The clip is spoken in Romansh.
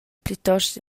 plitost